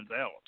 out